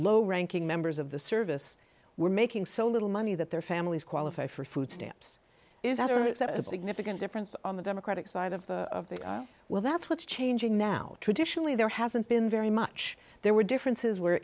low ranking members of the service were making so little money that their families qualify for food stamps is out and it's a significant difference on the democratic side of the well that's what's changing now traditionally there hasn't been very much there were differences where